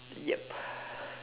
yup